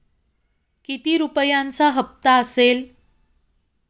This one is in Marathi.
किती रुपयांचा हप्ता असेल?